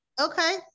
Okay